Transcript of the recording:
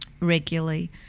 regularly